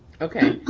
okay.